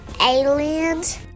aliens